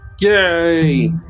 Yay